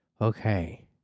Okay